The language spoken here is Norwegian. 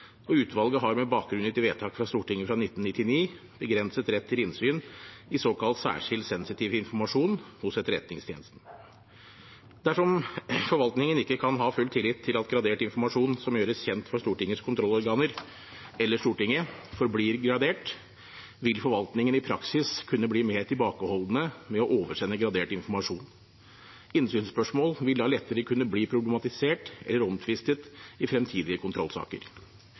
og utvalget har med bakgrunn i et vedtak fra Stortinget fra 1999 begrenset rett til innsyn i såkalt «særskilt sensitiv informasjon» hos Etterretningstjenesten. Dersom forvaltningen ikke kan ha full tillit til at gradert informasjon som gjøres kjent for Stortingets kontrollorganer eller Stortinget, forblir gradert, vil forvaltningen i praksis kunne bli mer tilbakeholdne med å oversende gradert informasjon. Innsynsspørsmål vil da lettere kunne bli problematisert eller omtvistet i fremtidige kontrollsaker.